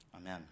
Amen